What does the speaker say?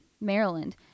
Maryland